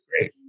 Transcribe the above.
great